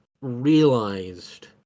realized